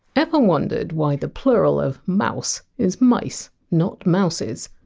ever wondered why the plural of! mouse! is! mice! not! mouses?